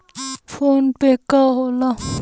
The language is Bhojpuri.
फोनपे का होला?